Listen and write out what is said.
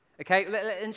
okay